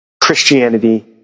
Christianity